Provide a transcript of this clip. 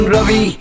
Ravi